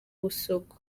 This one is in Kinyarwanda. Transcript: busogo